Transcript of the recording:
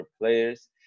players